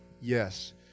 Yes